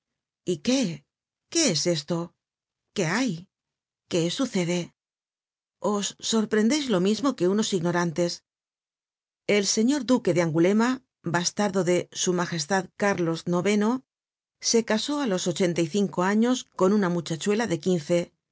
y qué qué es esto qué hay qué sucede os sorprendeis lo mismo que unos ignorantes el señor duque de angulema bastardo de su magestad carlos ix content from google book search generated at se casó á los ochenta y cinco años con una muchachuela de quince